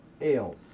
ales